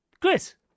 Chris